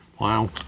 Wow